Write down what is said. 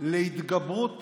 להתגברות